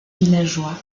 villageois